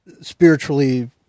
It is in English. spiritually